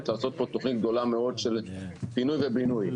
לעשות תוכנית גדולה מאוד של פינוי ובינוי.